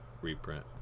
reprint